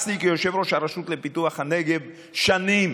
כיושב-ראש הרשות לפיתוח הנגב רצתי שנים